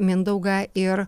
mindaugą ir